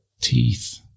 teeth